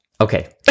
Okay